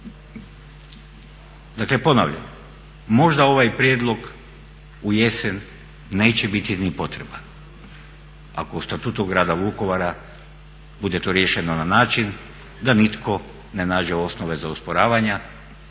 Dakle ponavljam. Možda ovaj prijedlog u jesen neće biti ni potreban. Ako u Statutu grada Vukovara bude to riješeno na način da nitko ne nađe osnove za osporavanja,